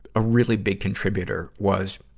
a really big contributor was